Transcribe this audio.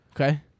okay